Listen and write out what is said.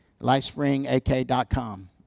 Lifespringak.com